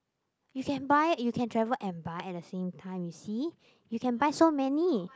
you can buy you can travel and buy at the same time you see you can buy so many